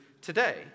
today